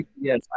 Yes